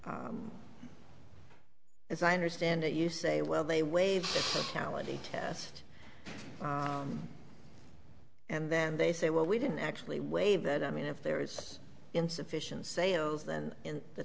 so as i understand it you say well they waive ality test and then they say well we didn't actually waive that i mean if there is insufficient sales then in the